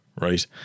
right